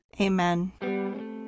Amen